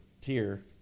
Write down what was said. tier